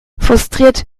frustriert